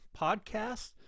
podcast